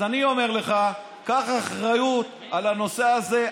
אז אני אומר לך: קח אחריות על הנושא הזה.